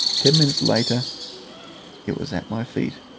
ten minutes later it was at my feet,